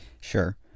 Sure